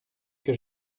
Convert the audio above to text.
que